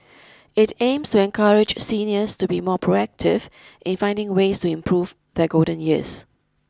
it aims to encourage seniors to be more proactive in finding ways to improve their golden years